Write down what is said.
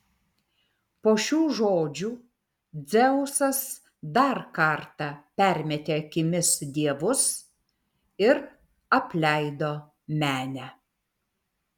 po šių žodžių dzeusas dar kartą permetė akimis dievus ir apleido menę